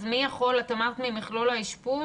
את אמרת ממכלול האשפוז?